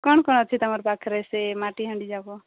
କ'ଣ କ'ଣ ଅଛି ତମର ପାଖେରେ ସେ ମାଟିହାଣ୍ଡି ଯାକ